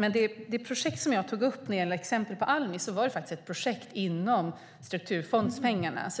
Men exemplet som jag tog upp, projektet på Almi, var ett projekt inom strukturfondspengarna.